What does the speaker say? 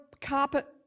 carpet